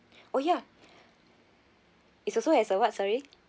oh ya it's also has a what sorry